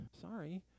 Sorry